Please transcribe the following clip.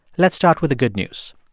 let's start with the good news.